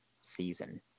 season